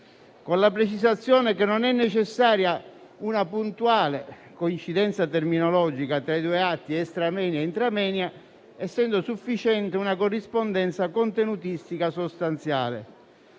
con la precisazione che non è necessaria una puntuale coincidenza terminologica tra i due atti (*extra moenia* e *intra moenia*), essendo sufficiente una corrispondenza contenutistica sostanziale.